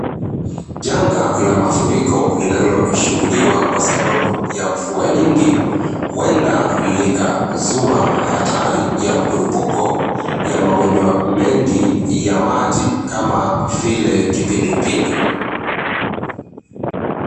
Janga la mafuriko linaloshuhudiwa kwa sababu ya mvua nyingi. Huenda likazua hatari ya mkurupuko ya magonjwa mengi ya maji kama vile kipindupindu.